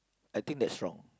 I think that's wrong